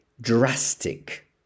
drastic